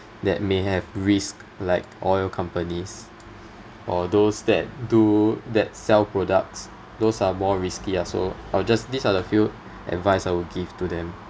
that may have risk like oil companies or those that do that sell products those are more risky ah so or just these are the few advice I would give to them